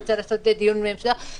דיון אצלנו בבית.